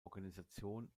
organisation